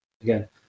again